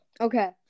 okay